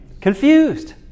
Confused